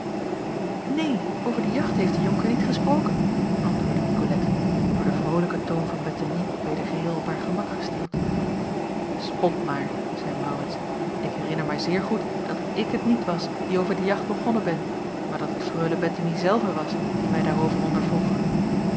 neen over de jacht heeft de jonker niet gesproken antwoordde nicolette door den vrolijken toon van bettemie weder geheel op haar gemak gesteld spot maar zeî maurits ik herinner mij zeer goed dat ik het niet was die over de jacht begonnen ben maar dat het freule bettemie zelve was die mij daarover ondervroeg